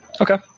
Okay